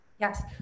Yes